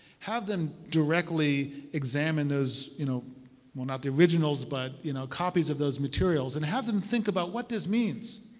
have them directly examine those you know well, not the originals but you know copies of those materials. and have them think about what this means.